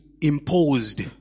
imposed